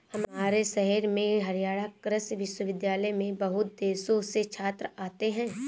हमारे शहर में हरियाणा कृषि विश्वविद्यालय में बहुत देशों से छात्र आते हैं